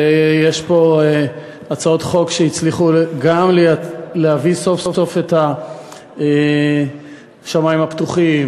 יש פה הצעות חוק שהצליחו גם להביא סוף-סוף את השמים הפתוחים,